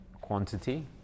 quantity